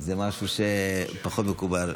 זה משהו שפחות מקובל.